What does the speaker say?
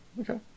Okay